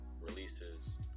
releases